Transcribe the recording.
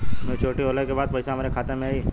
Maturity होले के बाद पैसा हमरे खाता में आई?